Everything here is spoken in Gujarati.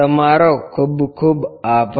તમારો ખુબ ખુબ આભાર